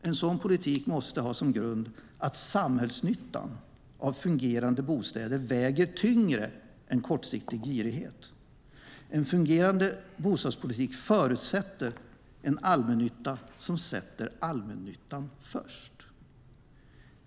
En sådan politik måste ha som grund att samhällsnyttan av fungerande bostäder väger tyngre än kortsiktig girighet. En fungerande bostadspolitik förutsätter en allmännytta som sätter allmännyttan främst.